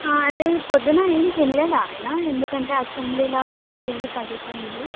అదే పొద్దున ఏం తినలేదా ఆయన ఎందుకంటే అసెంబ్లీలో కళ్ళు తిరిగి పడిపోయిండు